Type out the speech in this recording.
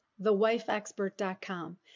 TheWifeExpert.com